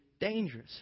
dangerous